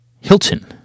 Hilton